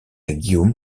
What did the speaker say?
guillaume